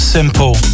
Simple